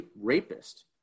rapist